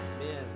Amen